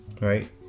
right